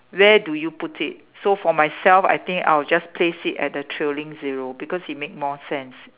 where do you put it so for myself I think I'll just place it at the thrilling zero